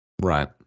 Right